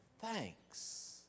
Thanks